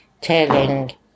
telling